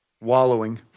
wallowing